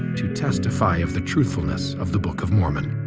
to testify of the truthfulness of the book of mormon.